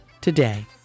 today